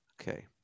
Okay